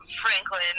Franklin